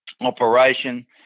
operation